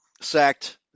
sacked